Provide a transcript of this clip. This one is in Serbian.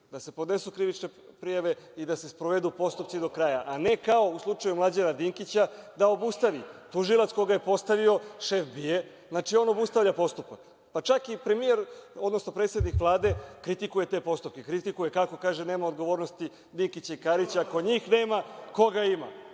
da se podnesu krivične prijave i da se sprovedu postupci do kraja, a ne kao u slučaju Mlađana Dinkića, da obustavi. Tužilac koga je postavio šef BIA, on obustavlja postupak. Pa čak i premijer, odnosno predsednik Vlade kritikuje te postupke, kritikuje, kako kaže, nema odgovornosti Dinkića i Karića, ako njih nema, koga ima?